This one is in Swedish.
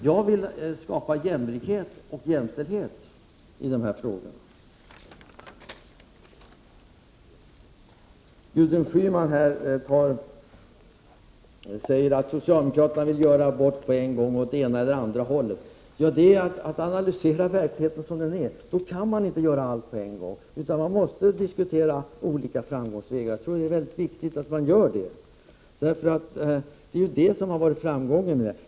Jag vill skapa jämlikhet och jämställdhet i de här avseendena. Gudrun Schyman säger att socialdemokraterna vill göra på en gång åt ena och andra hållet. Det är bara att analysera verkligheten sådan den är. Då kan man inte göra allt på en gång, utan man måste diskutera olika framgångsvägar. Jag tror det är viktigt att göra det. Det är också det som har lett till framgång.